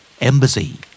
Embassy